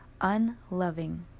unloving